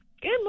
Good